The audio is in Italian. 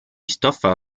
stoffa